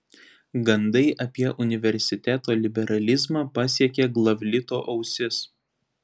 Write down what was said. gandai apie universiteto liberalizmą pasiekė glavlito ausis